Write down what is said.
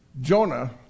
Jonah